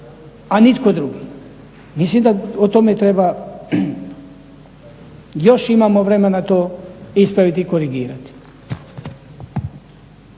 a nitko drugi. Mislim da o tome treba, još imamo vremena to ispraviti i korigirati.